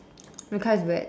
the car is red